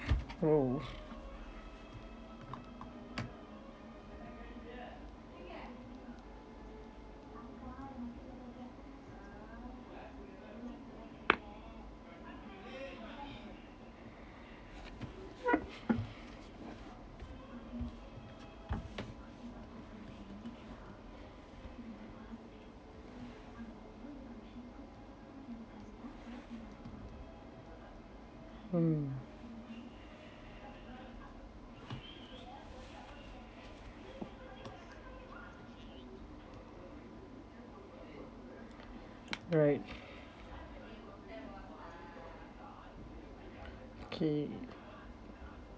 !whoa! hmm right okay